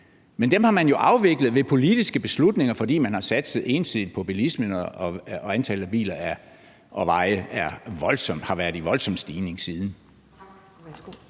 Men dem har man jo afviklet ved politiske beslutninger, fordi man har satset ensidigt på bilismen, og antallet af biler og veje har været i voldsom stigning siden.